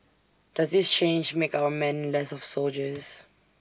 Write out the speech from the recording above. does this change make our men less of soldiers